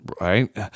right